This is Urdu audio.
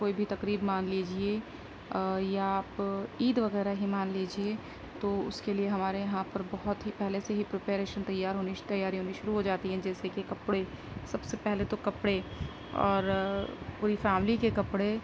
کوئی بھی تقریب مان لیجیے یا آپ عید وغیرہ ہی مان لیجیے تو اس کے لیے ہمارے یہاں پر بہت ہی پہلے سے ہی پریپیریشن تیار ہونی تیاری ہونی شروع ہو جاتی ہے جیسے کہ کپڑے سب سے پہلے تو کپڑے اور پوری فیملی کے کپڑے